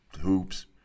hoops